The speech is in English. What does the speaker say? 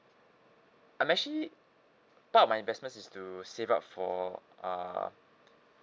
I'm actually part of my investments is to save up for uh